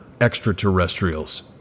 extraterrestrials